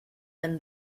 win